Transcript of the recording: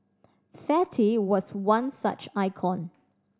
fatty was one such icon